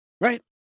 Right